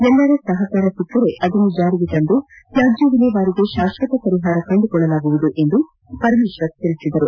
ಎಲ್ಲರ ಸಹಕಾರ ಸಿಕ್ಕರೆ ಅದನ್ನು ಜಾರಿಗೆ ತಂದು ತ್ಯಾಜ್ಯ ವಿಲೇವಾರಿಗೆ ಶಾಕ್ಷತ ಪರಿಹಾರ ಕಂಡುಕೊಳ್ಳಲಾಗುವುದು ಪರಮೇಶ್ವರ್ ಹೇಳದರು